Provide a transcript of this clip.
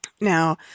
Now